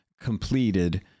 completed